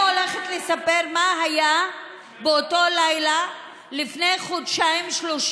כי אני הולכת לספר מה היה באותו לילה לפני חודשיים-שלושה,